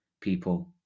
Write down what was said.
people